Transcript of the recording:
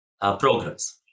programs